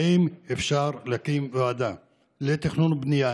האם אפשר להקים ועדה לתכנון ולבנייה,